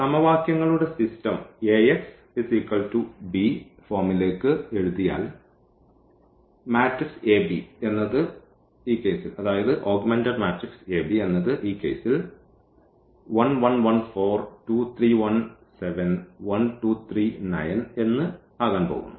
സമവാക്യങ്ങളുടെ system Axb ഫോമിലേക്ക് എഴുതിയാൽ മാട്രിക്സ് എന്നത് ഈ കേസിൽ എന്ന് ആകാൻ പോകുന്നു